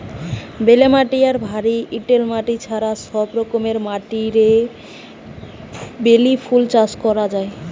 বেলে মাটি আর ভারী এঁটেল মাটি ছাড়া সব রকমের মাটিরে বেলি ফুল চাষ করা যায়